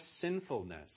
sinfulness